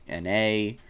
NA